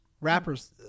rappers